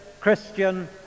Christian